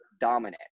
dominant